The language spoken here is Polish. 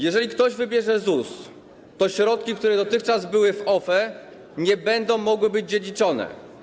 Jeżeli ktoś wybierze ZUS, to środki, które dotychczas były w OFE, nie będą mogły być dziedziczone.